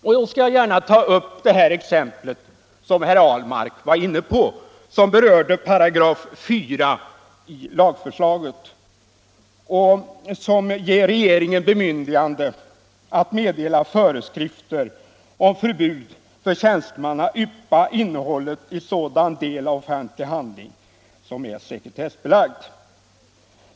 Jag skall gärna ta upp det exempel som herr Ahlmark var inne på och som rörde 4 § i lagförslaget. Den ger regeringen bemyndigande att meddela föreskrifter om förbud för tjänsteman att yppa innehållet i sådan del av offentlig handling som är sekretessbelagd.